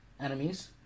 enemies